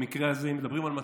במקרה הזה, אם מדברים על מצלמות,